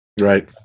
right